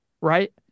right